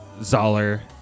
Zoller